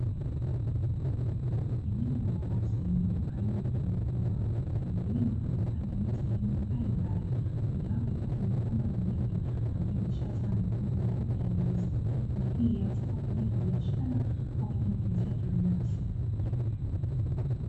Eneo la uwazi lililopo karibu na jengo kubwa. Mkulima amepanda miti ya aina mbalimbali, mojawapo ikiwepo ni migomba miwili ambayo imeshazaa mikungu mikubwa ya ndizi. Na hii yaweza kuwa kwa ajili ya biashara au kwa ajili ya matumizi yake binafsi.